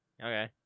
Okay